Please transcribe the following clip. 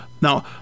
Now